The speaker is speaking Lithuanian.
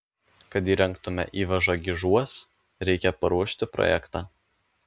kad įrengtume įvažą gižuos reikia paruošti projektą